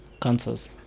cancers